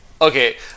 okay